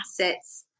assets